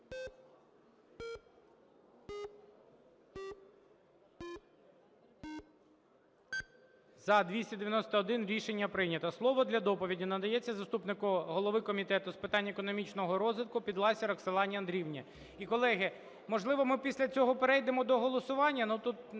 За – 291 Рішення прийнято. Слово для доповіді надається заступнику голови Комітету з питань економічного розвитку Підласій Роксолані Андріївні. І, колеги, можливо, ми після цього перейдемо до голосування,